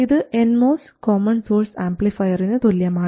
ഇത് N MOS common source ആംപ്ലിഫയറിന് തുല്യമാണ്